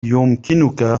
يمكنك